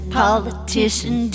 politician